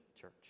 church